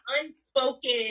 unspoken